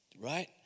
Right